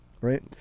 right